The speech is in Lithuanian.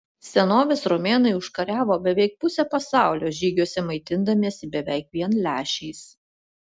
senovės romėnai užkariavo beveik pusę pasaulio žygiuose maitindamiesi beveik vien lęšiais